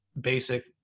basic